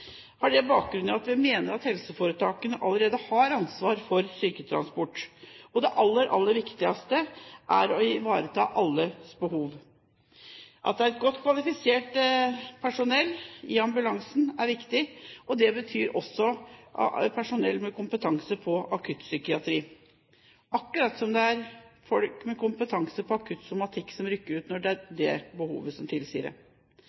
har det bakgrunn i at vi mener helseforetakene allerede har ansvar for syketransport. Det aller viktigste er å ivareta alles behov. At det er godt kvalifisert personell i ambulansen, er viktig. Det betyr også personell med kompetanse på akuttpsykiatri, akkurat som det er folk med kompetanse på akutt somatikk som rykker ut når det er behov som tilsier det.